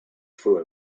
for